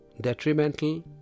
detrimental